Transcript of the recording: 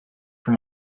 for